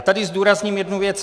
A já tady zdůrazním jednu věc.